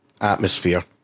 atmosphere